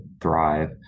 thrive